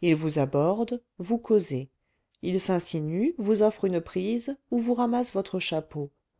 il vous aborde vous causez il s'insinue vous offre une prise ou vous ramasse votre chapeau